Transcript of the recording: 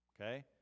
okay